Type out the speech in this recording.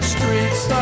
Streets